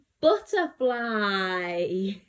butterfly